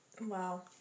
Wow